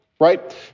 right